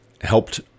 helped